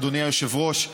אדוני היושב-ראש,